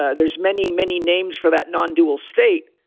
ah there's many, many names for that non-dual state.